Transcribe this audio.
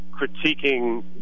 Critiquing